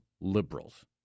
Liberals